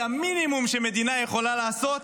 המינימום שמדינה יכולה לעשות,